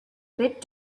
bit